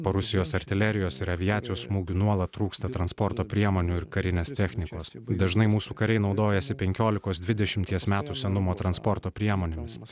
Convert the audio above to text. po rusijos artilerijos ir aviacijos smūgių nuolat trūksta transporto priemonių ir karinės technikos dažnai mūsų kariai naudojasi penkiolikos dvidešimties metų senumo transporto priemonėmis